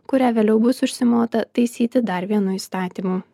kurią vėliau bus užsimota taisyti dar vienu įstatymu